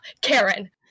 Karen